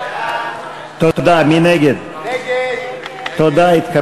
מחשוב, שירותים מרכזיים, המועצה לשידורי